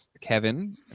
Kevin